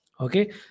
Okay